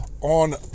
on